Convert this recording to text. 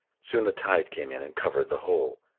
soon the tide came in and covered the hole,